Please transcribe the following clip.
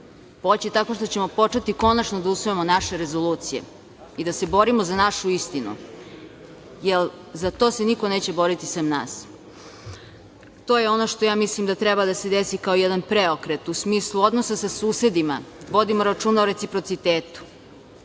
poći tako što ćemo početi konačno da usvajamo naše rezolucije i da se borimo za našu istinu, jer za to se niko neće boriti sem nas. To je ono što ja mislim da treba da se desi kao jedan preokret u smislu odnosa sa susedima. Vodimo računa o reciprocitetu,